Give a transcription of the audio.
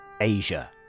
Asia